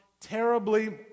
terribly